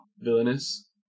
Villainous